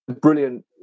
brilliant